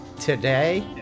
today